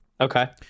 okay